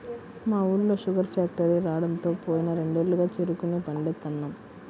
మా ఊళ్ళో sugar factory రాడంతో పోయిన రెండేళ్లుగా చెరుకునే పండిత్తన్నాం